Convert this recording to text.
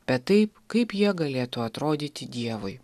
bet taip kaip jie galėtų atrodyti dievui